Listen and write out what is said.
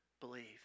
believe